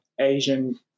asian